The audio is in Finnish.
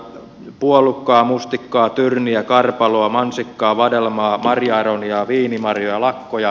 puolukkaa mustikkaa tyrniä karpaloa mansikkaa vadelmaa marja aroniaa viinimarjoja lakkoja